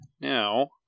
Now